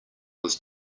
was